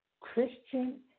Christian